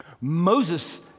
Moses